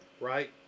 Right